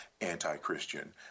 anti-Christian